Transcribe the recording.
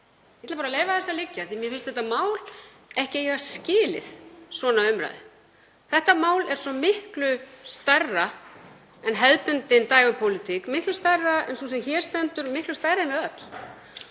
Þetta mál er svo miklu stærra en hefðbundin dægurpólitík, miklu stærra en sú sem hér stendur og miklu stærra en við